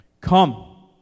Come